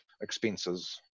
expenses